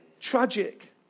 Tragic